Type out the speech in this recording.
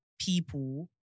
people